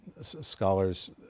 scholars